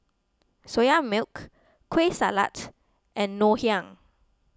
Soya Milk Kueh Salat and Ngoh Hiang